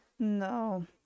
No